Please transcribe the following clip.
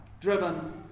Driven